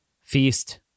feast